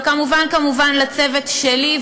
וכמובן כמובן לצוות שלי,